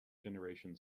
generation